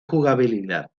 jugabilidad